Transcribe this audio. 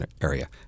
area